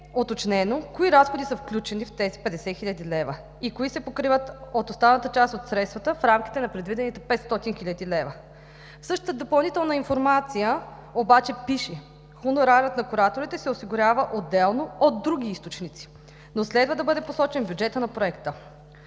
кои разходи са включени в тези 50 хил. лв. и кои се покриват от останалата част от средствата в рамките на предвидените 500 хил. лв. В същата допълнителна информация обаче пише: „Хонорарът на кураторите се осигурява отделно от други източници, но следва да бъде посочен в бюджета на проекта“.